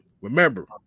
remember